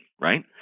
right